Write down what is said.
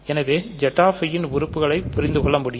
எனவே Ziன் உறுப்புகளை புரிந்துகொள்ள முடியும்